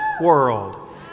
world